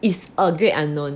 is a great unknown